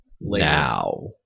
now